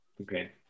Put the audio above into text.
Okay